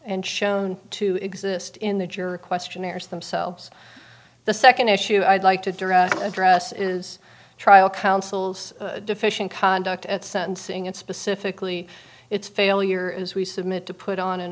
and shown to exist in the jury questionnaires themselves the second issue i'd like to direct address is trial counsel's deficient conduct at sentencing and specifically its failure as we submit to put on an